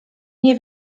nie